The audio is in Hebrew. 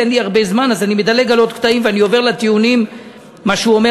אין לי הרבה זמן אז אני מדלג על עוד קטעים ואני עובר לטיעונים שהוא אומר